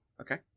Okay